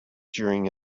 during